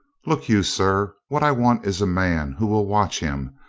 look you, sir, what i want is a man who will watch him,